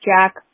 jack